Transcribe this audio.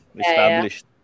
Established